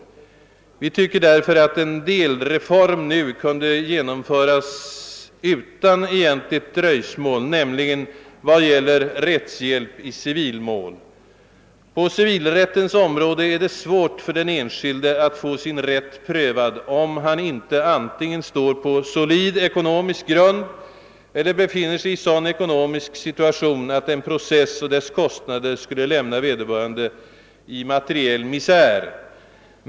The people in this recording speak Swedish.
Vi anser därför, att en delreform utan egentligt dröjsmål nu lämpligen kunde genomföras, nämligen vad gäller rättshjälp i civilmål. På civilrättens område är det ju svårt för den enskilde — jag vill åter understryka detta — att få sin rätt prövad, om han inte antingen står på solid ekonomisk grund eller befinner sig i en sådan ekonomisk situation, att kostnaderna för en process skulle kunna lämna vederbörande i materiell misär.